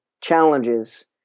challenges